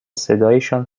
صدایشان